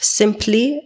simply